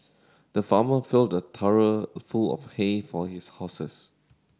the farmer filled a full of hay for his horses